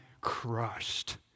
crushed